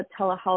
telehealth